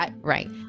Right